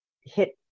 hit